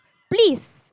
please